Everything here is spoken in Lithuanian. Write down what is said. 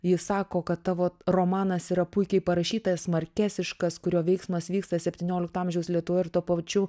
ji sako kad tavo romanas yra puikiai parašytas markesiškas kurio veiksmas vyksta septyniolikto amžiaus lietuvoje ir tuo pačiu